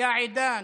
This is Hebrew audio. יא עידן.